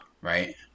right